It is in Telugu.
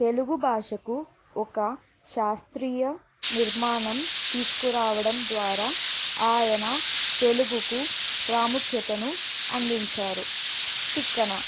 తెలుగు భాషకు ఒక శాస్త్రీయ నిర్మాణం తీసుకురావడం ద్వారా ఆయన తెలుగుకు ప్రాముఖ్యతను అందించారు తిక్కన